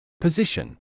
Position